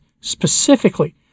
specifically